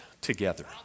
Together